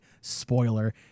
spoiler